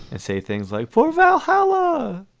and say things like for valhalla